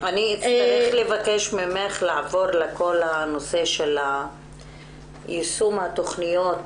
אצטרך לבקש ממך לעבור לכל נושא יישום התוכניות